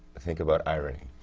think about irony.